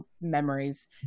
memories